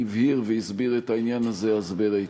הבהיר והסביר את העניין הזה הַסבר היטב.